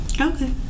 Okay